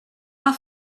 pas